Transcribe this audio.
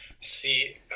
See